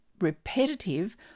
repetitive